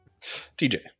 TJ